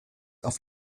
auf